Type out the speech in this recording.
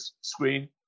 screen